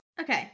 Okay